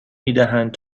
میدهند